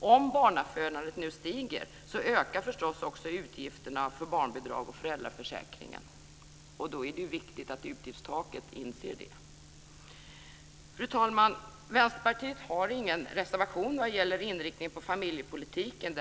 Om barnafödandet nu stiger, ökar förstås också utgifterna för barnbidragen och föräldraförsäkringen. Då är det viktigt att utgiftstaket inbegriper det. Fru talman! Vänsterpartiet har ingen reservation vad gäller inriktningen på familjepolitiken.